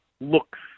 looks